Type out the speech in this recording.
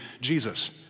Jesus